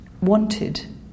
wanted